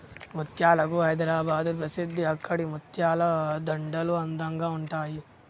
ముత్యాలకు హైదరాబాద్ ప్రసిద్ధి అక్కడి ముత్యాల దండలు అందంగా ఉంటాయి